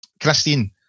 Christine